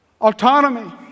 Autonomy